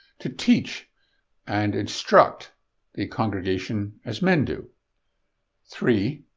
to teach and instruct the congregation as men do three.